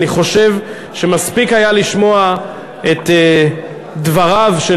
אני חושב שמספיק היה לשמוע את דבריו של